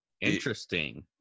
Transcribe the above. Interesting